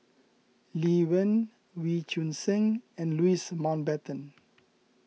Lee Wen Wee Choon Seng and Louis Mountbatten